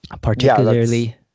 Particularly